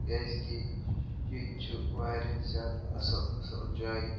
کیٛازِکہِ ییٚتہِ چھُ واریاہ زیادٕ اَصٕل اَصٕل جایہِ